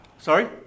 Sorry